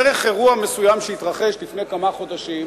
דרך אירוע מסוים שהתרחש לפני כמה חודשים,